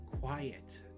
Quiet